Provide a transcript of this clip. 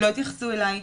לא התייחסו אליי,